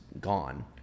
gone